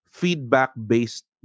feedback-based